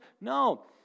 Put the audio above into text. No